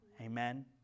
Amen